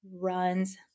runs